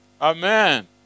Amen